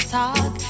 talk